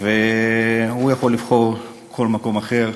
והוא יכול לבחור כל מקום אחר.